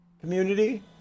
community